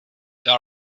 there